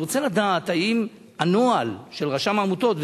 האם הנוהל של רשם העמותות,